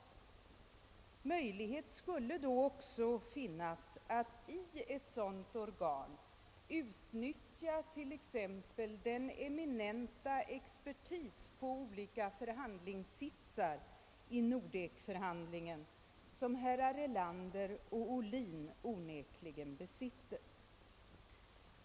Då skulle också möjlighet finnas att utnyttja t.ex. den eminenta expertis på olika förhandlingssitsar i Nordekförhandlingarna, som herrar Erlander och Ohlin onekligen besitter.